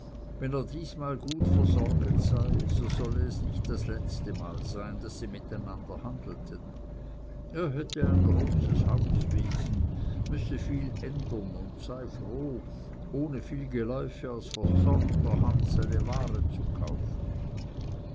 wenn er diesmal gut versorget sei so solle es nicht das letztemal sein daß sie mit einander handelten er hätte ein großes hauswesen müsse viel ändern und sei froh ohne viel geläufe aus versorgter hand seine ware zu kaufen